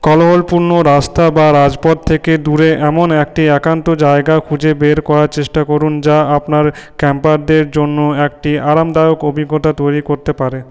কোলাহলপূর্ণ রাস্তা বা রাজপথ থেকে দূরে এমন একটি একান্ত জায়গা খুঁজে বের করার চেষ্টা করুন যা আপনার ক্যাম্পারদের জন্য একটি আরামদায়ক অভিজ্ঞতা তৈরি করতে পারে